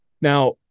now